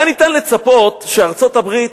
היה ניתן לצפות שארצות-הברית,